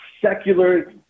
secular